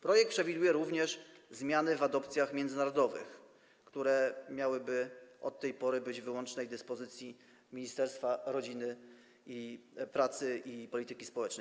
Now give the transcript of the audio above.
Projekt przewiduje również zmiany w adopcjach międzynarodowych, które miałyby od tej pory być w wyłącznej dyspozycji Ministerstwa Rodziny, Pracy i Polityki Społecznej.